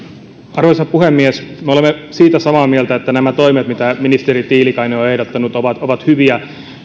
arvoisa puhemies me olemme siitä samaa mieltä että nämä toimet mitä ministeri tiilikainen on ehdottanut ovat ovat hyviä